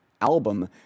album